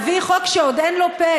להביא חוק שעוד אין לו פ/,